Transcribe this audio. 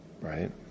Right